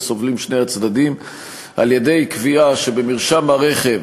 סובלים שני הצדדים על-ידי קביעה שבמרשם הרכב